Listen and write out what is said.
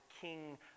king